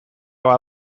bat